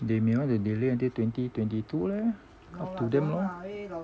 they may want to delay until twenty twenty two leh up to them lor